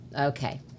Okay